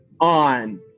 on